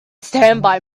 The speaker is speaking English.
standby